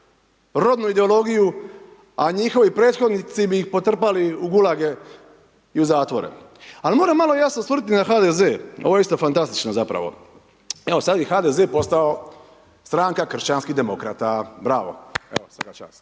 rodnu ideologiju, a njihovi prethodnici bi ih potrpali u gulage i u zatvore. Ali moram malo ja se osvrnuti i na HDZ, ovo je isto fantastično zapravo, evo sad je HDZ postao stranka kršćanskih demokrata, bravo, svaka čast.